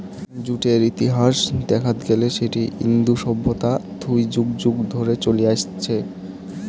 জুটের ইতিহাস দেখাত গেলে সেটি ইন্দু সভ্যতা থুই যুগ যুগ ধরে চলে আইসছে